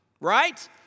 Right